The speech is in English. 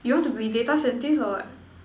you want to be data scientist or what